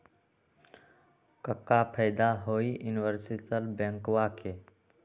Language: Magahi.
क्का फायदा हई यूनिवर्सल बैंकवा के?